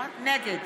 נגד